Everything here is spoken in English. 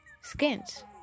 skins